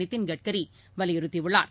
நிதின் கட்கரி வலியுறுத்தியுள்ளார்